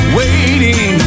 waiting